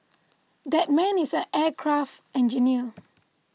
that man is an aircraft engineer